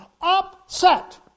Upset